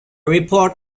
report